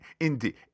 Indeed